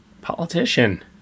Politician